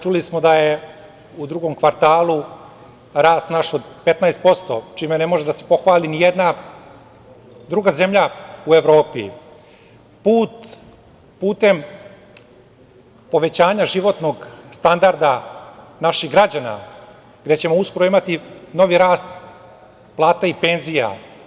Čuli smo da je u drugom kvartalu rast naš od 15%, čime ne može da se pohvali nijedna druga zemlja u Evropi, putem povećanja životnog standarda naših građana, gde ćemo uskoro imati novi rast plata i penzija.